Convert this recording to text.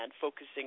focusing